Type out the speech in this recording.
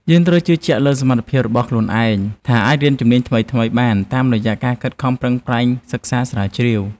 យើងត្រូវជឿជាក់លើសមត្ថភាពរបស់ខ្លួនឯងថាអាចរៀនជំនាញថ្មីៗបានតាមរយៈការខិតខំប្រឹងប្រែងសិក្សាស្រាវជ្រាវ។